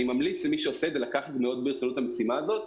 אני ממליץ למי שעושה את זה לקחת ברצינות את המשימה הזאת.